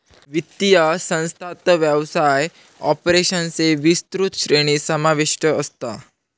वित्तीय संस्थांत व्यवसाय ऑपरेशन्सचो विस्तृत श्रेणी समाविष्ट असता